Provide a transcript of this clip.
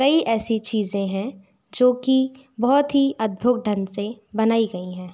कई ऐसी चीज़ें हैं जो कि बहुत ही अद्भुग ढंग से बनाई गई हैं